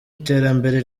iterambere